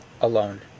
alone